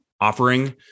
offering